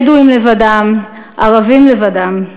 בדואים לבדם, ערבים לבדם,